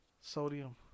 sodium